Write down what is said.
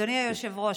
אדוני היושב-ראש,